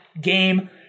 game